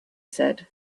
said